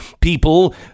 people